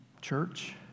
church